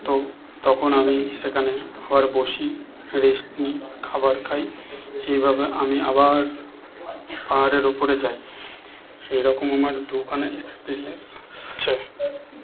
তো তখন আমি সেখানে আবার বসি রেস্ট নিই খাবার খাই এইভাবে আমি আবার পাহাড়ের ওপরে যাই এই রকম আমার দুখানা এক্সপিরিয়েন্স আছে